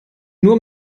nur